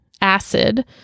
acid